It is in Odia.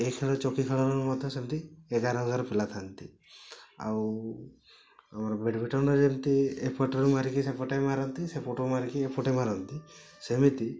ଏହି ଖେଳରେ ଚକି ଖେଳରେ ବି ମଧ୍ୟ ସେମିତି ଏଗାର ଏଗାର ପିଲା ଥାଆନ୍ତି ଆଉ ବ୍ୟାଡ଼ମିଟନ୍ରେ ଯେମିତି ଏପଟରେ ମାରିକି ସେପଟେ ମାରନ୍ତି ସେପଟୁ ମାରିକି ଏପଟେ ମାରନ୍ତି ସେମିତି